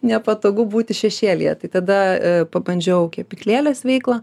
nepatogu būti šešėlyje tai tada pabandžiau kepyklėlės veiklą